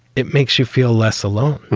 it makes you feel less alone.